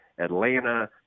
Atlanta